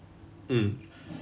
mm